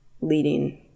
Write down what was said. leading